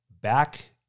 Back